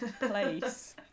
place